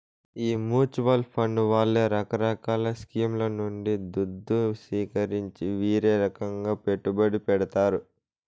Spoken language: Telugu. ఈ మూచువాల్ ఫండ్ వాళ్లే రకరకాల స్కీంల నుండి దుద్దు సీకరించి వీరే రకంగా పెట్టుబడి పెడతారు